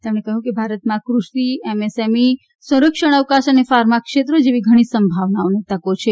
તેમણે કહ્યું ભારતમાં કૃષિ એમએસએમઇ સંરક્ષણ અવકાશ અને ફાર્મા ક્ષેત્રો જેવી ઘણી સંભાવનાઓ અને તકો છે